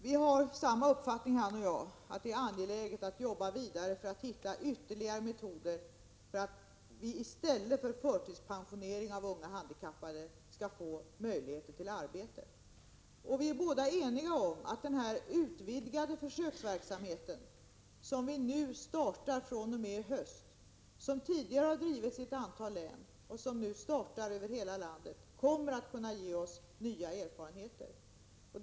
Vi har samma uppfattning han och jag, nämligen att det är angeläget att arbeta vidare för att hitta ytterligare metoder, så att de unga handikappade ges möjligheter till arbete i stället för förtidspensionering. Vi är båda eniga om att den utvidgade försöksverksamheten, som tidigare har bedrivits i ett antal län och som fr.o.m. i höst startar över hela landet, kommer att kunna ge oss nya erfarenheter.